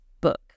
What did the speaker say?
book